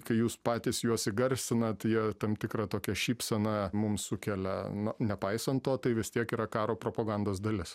kai jūs patys juos įgarsinat jie tam tikrą tokią šypseną mum sukelia na nepaisant to tai vis tiek yra karo propagandos dalis